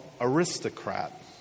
aristocrat